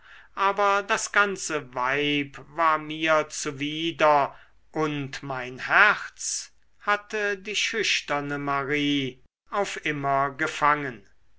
aber das ganze weib war mir zuwider und mein herz hatte die schüchterne marie auf immer gefangen